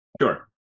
Sure